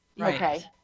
Okay